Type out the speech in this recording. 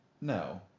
no